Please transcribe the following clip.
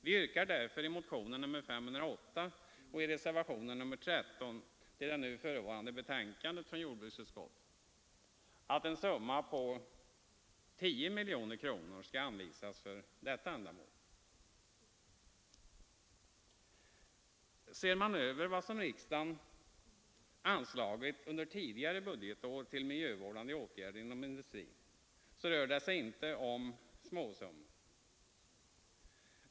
Vi yrkar därför i motionen 508 och i reservationen 13 till det nu föreliggande betänkandet från jordbruksutskottet att en summa på 10 miljoner kronor skall anvisas för detta ändamål. Ser man över vad riksdagen anslagit under tidigare budgetår till miljövårdande åtgärder inom industrin finner man att det inte rör sig om småsummor.